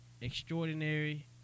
extraordinary